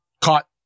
caught